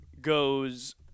goes